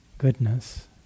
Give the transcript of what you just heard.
goodness